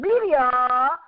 media